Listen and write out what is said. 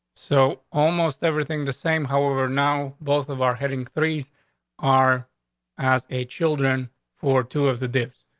so almost everything the same. however now, both of are heading threes are as a children for two of the dips.